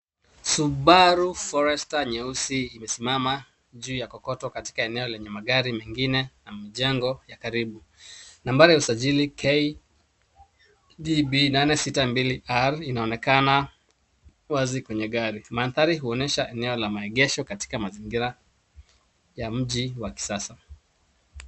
Subaru Forester nyeusi imesimama juu ya kokoto katika eneo lenye magari mengine na mjengo ya karibu. Nambari ya usajili KDB 862R inaonekana wazi kwenye gari. Mandhari huonyesha eneo la maegesho katika mazingira ya mji wa kisasa.